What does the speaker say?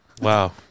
Wow